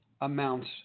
amounts